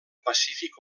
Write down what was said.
pacífic